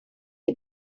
die